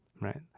right